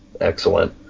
Excellent